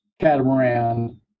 catamaran